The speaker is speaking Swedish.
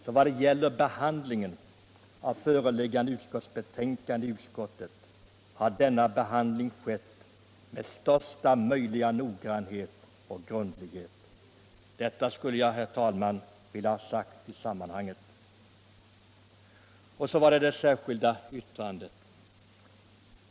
I vad det gäller behandlingen i utskottet av föreliggande betänkande så har den skett med största möjliga noggrannhet och grundlighet. Detta skulle jag, herr talman, vilja ha sagt i sammanhanget. Så till det särskilda yttrandet.